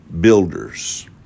builders